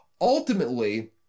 Ultimately